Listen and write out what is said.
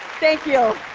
thank you.